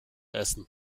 essen